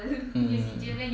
mm mm